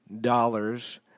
dollars